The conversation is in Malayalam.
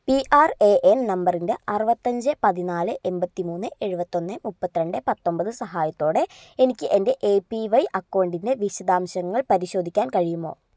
പി ആർ എ എൻ നമ്പറിന്റെ അറുപത്തഞ്ച് പതിനാല് എൺപത്തിമൂന്ന് എഴുപത്തൊന്ന് മുപ്പത്തിരണ്ട് പത്തൊൻപത് സഹായത്തോടെ എനിക്ക് എന്റെ എ പി വൈ അക്കൗണ്ടിന്റെ വിശദാംശങ്ങൾ പരിശോധിക്കാൻ കഴിയുമോ